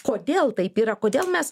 kodėl taip yra kodėl mes